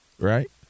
Right